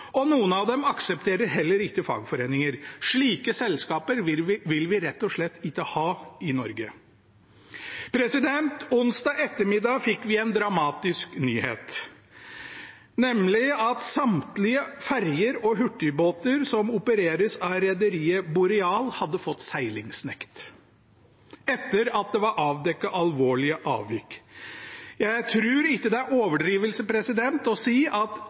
og arbeidsvilkår, og noen av dem aksepterer heller ikke fagforeninger. Slike selskaper vil vi rett og slett ikke ha i Norge. Onsdag ettermiddag fikk vi en dramatisk nyhet, nemlig at samtlige ferjer og hurtigbåter som opereres av rederiet Boreal, hadde fått seilingsnekt etter at det var avdekket alvorlige avvik. Jeg tror ikke det er overdrivelse å si at